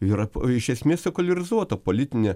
yra iš esmės sekuliarizuota politinė